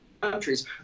countries